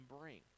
bring